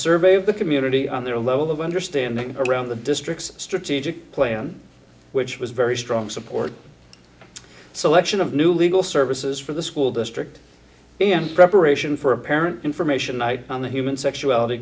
survey of the community on their level of understanding around the district's strategic plan which was very strong support selection of new legal services for the school district and preparation for a parent information night on the human sexuality